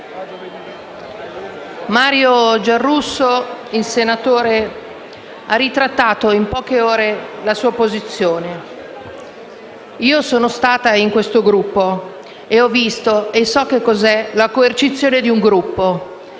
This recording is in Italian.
Mario Giarrusso ha ritrattato in poche ore la sua posizione. Sono stata in questo Gruppo e ho visto e so che cosa è la coercizione di un Gruppo